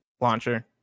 launcher